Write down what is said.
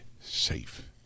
safe